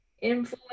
influence